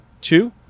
two